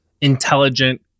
intelligent